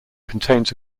contains